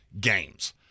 games